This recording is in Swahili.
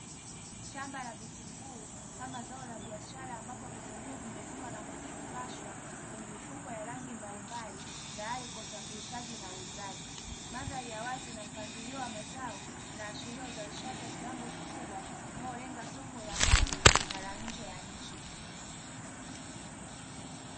Shamba la vitunguu kama zao la biashara ambapo vitunguu vimevunwa na kufungashwa kwenye mifuko ya rangi mbalimbali tayari kwa usafirishaji na uuzaji. Mandhari ya wazi na mpangilio wa mazao unaashiria uzalishaji wa kiwango kikubwa unaolenga soko la ndani na la nje ya nchi.